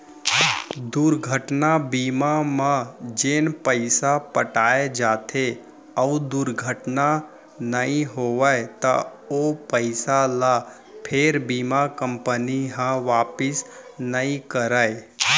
दुरघटना बीमा म जेन पइसा पटाए जाथे अउ दुरघटना नइ होवय त ओ पइसा ल फेर बीमा कंपनी ह वापिस नइ करय